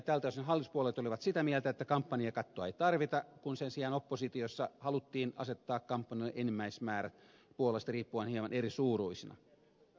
tältä osin hallituspuolueet olivat sitä mieltä että kampanjakattoa ei tarvita kun sen sijaan oppositiossa haluttiin asettaa kampanjalle enimmäismäärä puolueesta riippuen hieman eri suuruisena